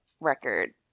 record